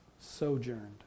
sojourned